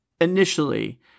initially